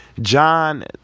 John